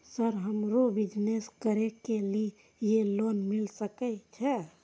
Sir हमरो business करके ली ये लोन मिल सके छे?